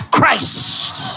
Christ